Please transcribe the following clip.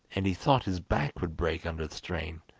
and he thought his back would break under the strain.